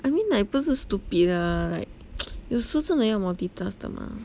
I mean like 不是 stupid lah like 有时真的要 multitask 的吗